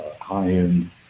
high-end